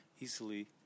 easily